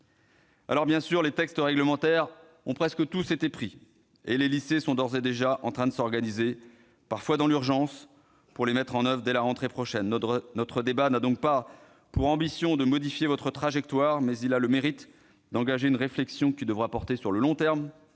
Bien sûr, les textes réglementaires ont presque tous été pris, et les lycées sont d'ores et déjà en train de s'organiser, parfois dans l'urgence, pour les mettre en oeuvre dès la rentrée prochaine. Notre débat n'a donc pas pour ambition de modifier votre trajectoire, mais il a le mérite d'engager une réflexion qui devra porter sur le long terme.